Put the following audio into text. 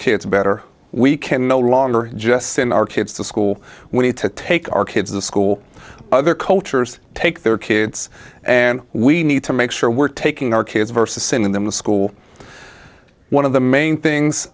kids better we can no longer just send our kids to school we need to take our kids to school other cultures take their kids and we need to make sure we're taking our kids versus sending them to school one of the main things